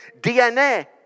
DNA